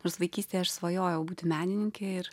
nors vaikystėj aš svajojau būti menininkė ir